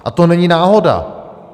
A to není náhoda.